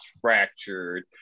fractured